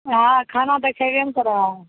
हँ खाना तऽ खएबे ने करबऽ